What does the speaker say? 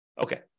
Okay